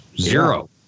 zero